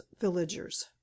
villagers